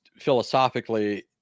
philosophically